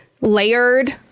layered